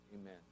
amen